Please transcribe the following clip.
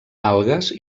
algues